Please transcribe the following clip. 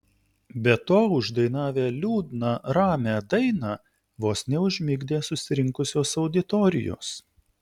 be to uždainavę liūdną ramią dainą vos neužmigdė susirinkusios auditorijos